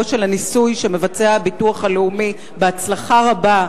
של הניסוי שמבצע הביטוח הלאומי בהצלחה רבה,